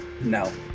No